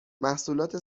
محصولات